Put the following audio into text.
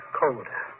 colder